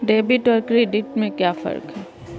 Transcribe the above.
Debit और credit में क्या फर्क है?